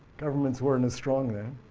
governments weren't as strong then.